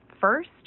first